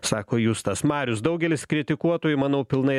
sako justas marius daugelis kritikuotojų manau pilnai